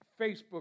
Facebook